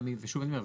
ושוב אני אומר,